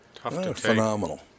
Phenomenal